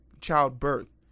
childbirth